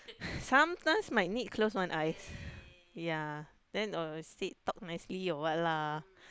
sometimes might need close one eyes ya then obviously talk nicely or what lah